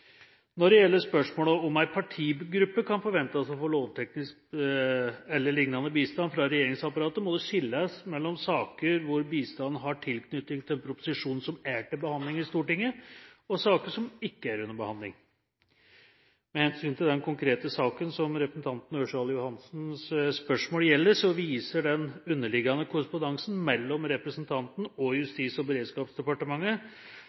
Når det gjelder spørsmålet om en partigruppe kan forvente seg å få lovteknisk eller lignende bistand fra regjeringsapparatet, må det skilles mellom saker hvor bistand har tilknytning til en proposisjon som er til behandling i Stortinget, og saker som ikke er til behandling. Med hensyn til den konkrete saken som representanten Ørsal Johansens spørsmål gjelder, viser den underliggende korrespondansen mellom representanten og